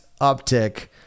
uptick